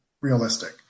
realistic